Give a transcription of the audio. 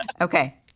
Okay